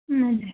हजुर